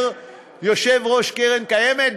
אומר יושב-ראש קרן הקיימת,